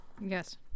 Yes